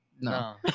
No